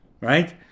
Right